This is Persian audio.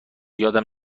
یادم